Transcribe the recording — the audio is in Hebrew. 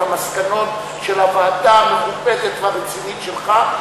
את המסקנות של הוועדה המכובדת והרצינית שלך,